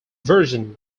version